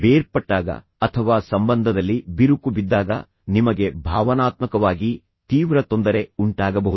ಬೇರ್ಪಟ್ಟಾಗ ಅಥವಾ ಸಂಬಂಧದಲ್ಲಿ ಬಿರುಕು ಬಿದ್ದಾಗ ನಿಮಗೆ ಭಾವನಾತ್ಮಕವಾಗಿ ತೀವ್ರ ತೊಂದರೆ ಉಂಟಾಗಬಹುದು